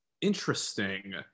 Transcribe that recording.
Interesting